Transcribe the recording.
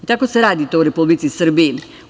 Tako se radi to u Republici Srbiji.